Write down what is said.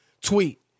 tweet